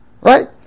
Right